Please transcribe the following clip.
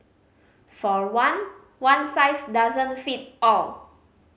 for one one size doesn't fit all